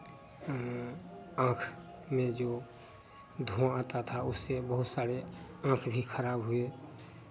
आँख में जो धुआँ आता था उससे बहुत सारे आँख भी खराब हुए